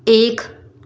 एक